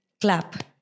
clap